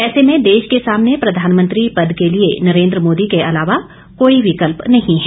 ऐसे में देश के सामने प्रधानमंत्री पद के लिए नरेन्द्र मोदी के अलावा कोई विकल्प नहीं है